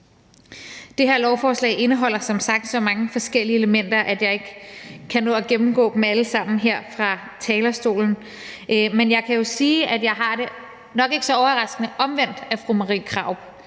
Det her lovforslag indeholder som sagt så mange forskellige elementer, at jeg ikke kan nå at gennemgå dem alle sammen her fra talerstolen, men jeg kan jo sige, at jeg har det – nok ikke så overraskende – omvendt af fru Marie Krarup.